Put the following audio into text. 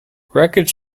records